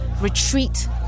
Retreat